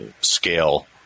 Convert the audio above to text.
scale